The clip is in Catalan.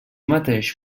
mateix